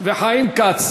וחיים כץ.